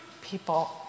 people